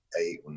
eight